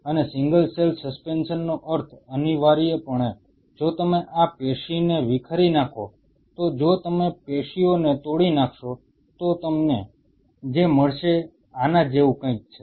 અને single cell સસ્પેન્શનનો અર્થ અનિવાર્યપણે જો તમે આ પેશીને વિખેરી નાખો તો જો તમે પેશીઓને તોડી નાખશો તો તમને જે મળશે તે આના જેવું કંઈક છે